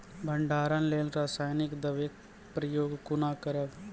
भंडारणक लेल रासायनिक दवेक प्रयोग कुना करव?